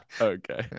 Okay